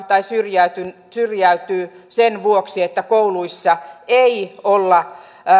tai syrjäytyy sen vuoksi että kouluissa ei olla